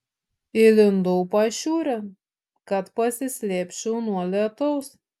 įlindau pašiūrėn kad pasislėpčiau nuo lietaus